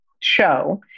show